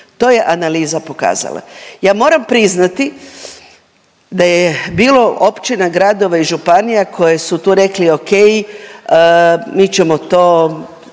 To je analiza pokazala. Ja moram priznati da je bilo općina, gradova i županija koje su tu rekli ok mi ćemo to